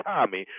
Tommy